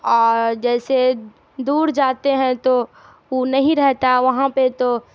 اور جیسے دور جاتے ہیں تو وہ نہیں رہتا وہاں پہ تو